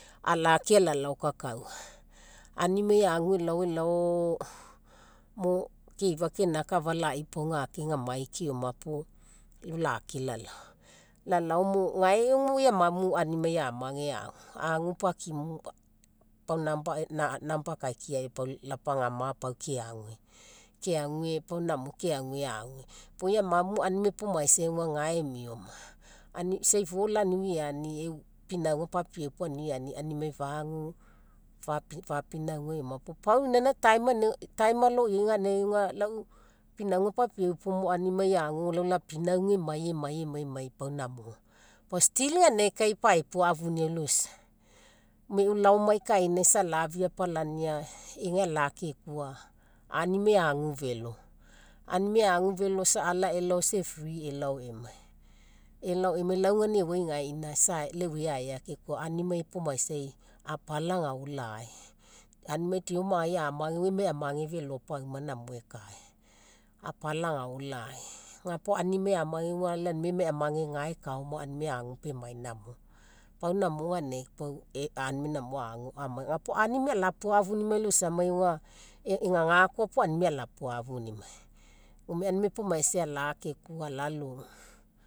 Alake alalao kakaua. Aunimai agu elao elao elao. mo keifa keinaka pau afalai pau gake gamai keoma puo, lau lake lalao. Lalao mo gae auga mo oi amamu aunimai amage agu pau akimu pau number akaikiai lapagama keague, keague namo keague ague pau oi amamu a lau aunimai epomaisai ga emia oma isa ifo lau aniu eani pinauga papieu puo aunimai fagu fapinauga eoma puo, pau inaina time aloiai ganinagai auga, lau pinauga papieu puo aunimai agu la pinauga emai emai namo pau namo. Pau still ganinagai kai aepuafunia loisa, gome e'u laomai kainai isa lafiapalania egai alakekua aunimai agu felo. Aunimai agu felo isa ala elao isa free elao emai. elao emai lau auga euai gaina, isa lau e'uai aeakekua. Aunimai epomaisai apala agao lai aunimai deo magai amage emai amage felo pauma namo ekae apala agao lai ga puo aunimai amage lai emai amage ga ekaa oma aunimai agu emai pau namo. Pau namo ganinagai ga puo aunimai alapuafinimai loisamai eh gako puo aunimai alapuafinimai, gome aunimai epomaisai alakekua alou